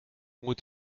moet